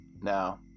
Now